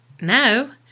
no